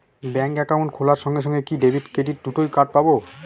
Bank account খোলার সঙ্গে সঙ্গে কি ডেবিট ক্রেডিট দুটো কার্ড পাবো?